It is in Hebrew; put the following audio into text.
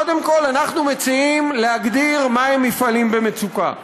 קודם כול, אנחנו מציעים להגדיר מהם מפעלים במצוקה: